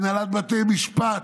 הנהלת בתי משפט,